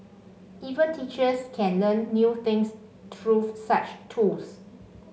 even teachers can learn new things through such tools